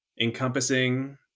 encompassing